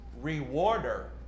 rewarder